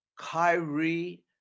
Kyrie